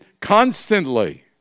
constantly